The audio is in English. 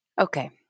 Okay